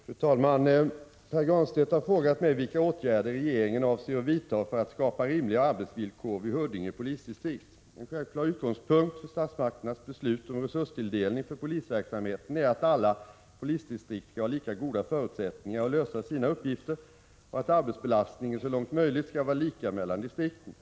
Fru talman! Pär Granstedt har frågat mig vilka åtgärder regeringen avser att vidta för att skapa rimliga arbetsvillkor vid Huddinge polisdistrikt. En självklar utgångspunkt för statsmakternas beslut om resurstilldelning för polisverksamheten är att alla polisdistrikt skall ha lika goda förutsättningar att lösa sina uppgifter och att arbetsbelastningen så långt möjligt skall vara lika mellan distrikten.